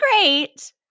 great